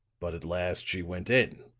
but at last she went in.